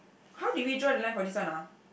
how did we draw the line for this one ah